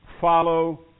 follow